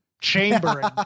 Chambering